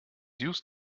used